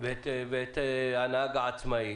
ואת הנהג העצמאי